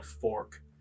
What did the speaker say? fork